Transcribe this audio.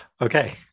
Okay